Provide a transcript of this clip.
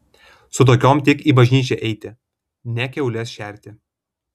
su tokiom tik į bažnyčią eiti ne kiaules šerti